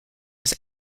was